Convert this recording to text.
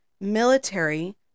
military